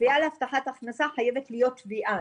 תביעה להבטחת הכנסה חייבת להיות תביעה,